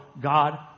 God